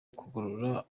kugorora